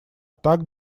так